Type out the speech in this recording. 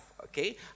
okay